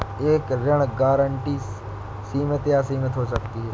एक ऋण गारंटी सीमित या असीमित हो सकती है